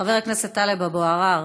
חבר הכנסת טלב אבו עראר,